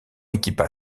équipa